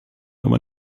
aber